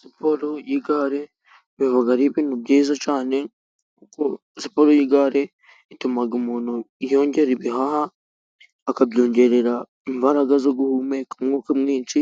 Siporo y'igare biba ari ibintu byiza cyane ,kuko siporo y'igare ituma umuntu yongera ibihaha ,akabyongerera imbaraga zo guhumeka umwuka mwinshi,